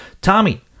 Tommy